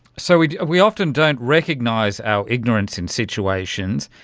so we we often don't recognise our ignorance in situations,